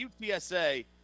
UTSA